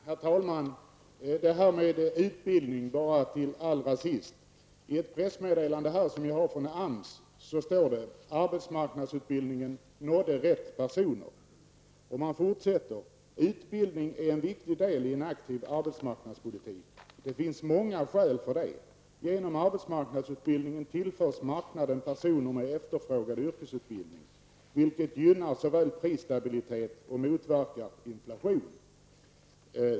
Herr talman! Jag vill allra sist säga något om utbildning. I ett pressmeddelande från AMS som jag har står det: Arbetsmarknadsutbildningen nådde rätt personer. Det fortsätter sedan: Utbildning är en viktig del i en aktiv arbetsmarknadspolitik. Det finns många skäl för det. Genom arbetsmarknadsutbildningen tillförs marknaden personer med efterfrågad yrkesutbildning, vilket gynnar prisstabilitet och motverkar inflation.